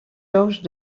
gorges